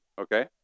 okay